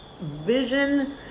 vision